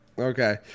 Okay